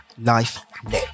Life